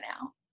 now